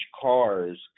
cars